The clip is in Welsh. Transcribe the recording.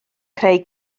creu